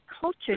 culture